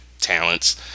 talents